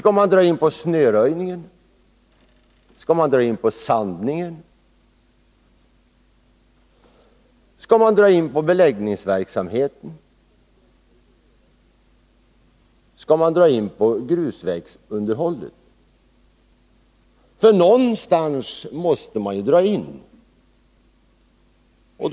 Skall man dra in på snöröjningen, sandningen, beläggningsverksamheten eller underhållet av våra grusvägar? Någonstans måste ju besparingar göras.